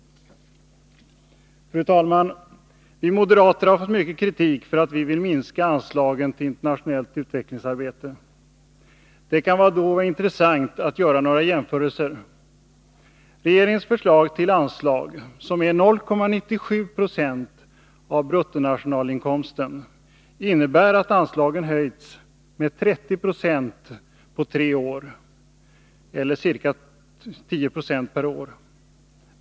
Fru talman! Vi moderater har fått mycket kritik för att vi vill minska anslagen till internationellt utvecklingsarbete. Det kan då vara intressant att göra några jämförelser. Regeringens förslag till anslag, som är 0,97 20 av BNI, innebär att anslagen höjts med 30 96 på 3 år eller ca 10 96 per år.